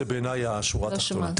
זאת השורה התחתונה בעיניי.